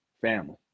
family